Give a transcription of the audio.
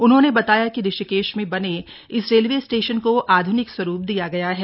उन्होंने बताया कि ऋषिकेश में बने इस रेलवे स्टेशन को आध्निक स्वरूप दिया गया है